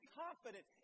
confident